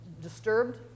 disturbed